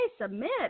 submit